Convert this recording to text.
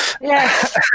yes